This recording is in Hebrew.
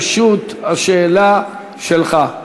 רשות השאלה שלך.